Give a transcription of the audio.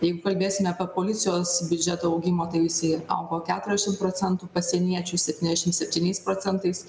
jeigu kalbėsime apie policijos biudžeto augimą tai jisai augo keturiasdešim procentų pasieniečių septyniasdešim septyniais procentais